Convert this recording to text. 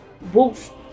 Wolf